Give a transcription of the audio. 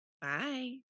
Bye